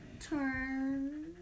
turn